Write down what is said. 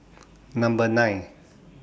Number nine